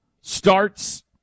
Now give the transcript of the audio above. starts